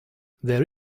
there